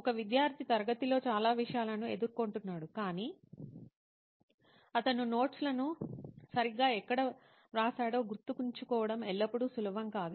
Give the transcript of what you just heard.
ఒక విద్యార్థి తరగతిలో చాలా విషయాలను ఎదుర్కొంటున్నాడు కాని అతనునోట్స్ లను సరిగ్గా ఎక్కడ వ్రాశాడో గుర్తుంచుకోవడం ఎల్లప్పుడూ సులభం కాదు